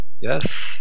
Yes